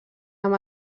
amb